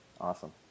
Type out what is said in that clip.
Awesome